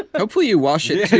ah hopefully you wash it?